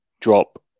drop